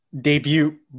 debut